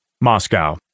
Moscow